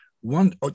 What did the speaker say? One